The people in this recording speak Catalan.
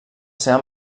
seva